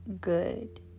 good